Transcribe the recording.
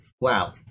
wow